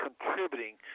contributing